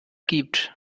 gibt